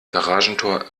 garagentor